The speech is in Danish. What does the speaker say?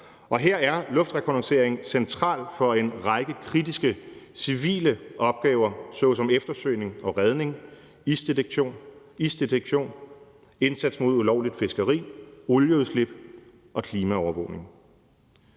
og her er luftrekognoscering centralt for en række kritiske civile opgaver såsom eftersøgning og redning, isdetektion, indsats mod ulovligt fiskeri, olieudslip og klimaovervågning.